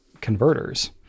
converters